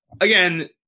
again